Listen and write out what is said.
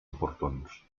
oportuns